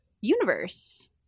universe